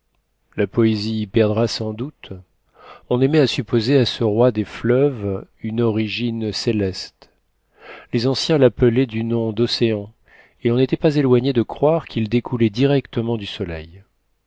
la poésie y perdra sans doute on aimait à supposer à ce roi des fleuves une origine céleste les anciens l'appelaient du nom d'océan et l'on n'était pas éloigné de croire qu'il découlait directement du soleil